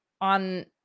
on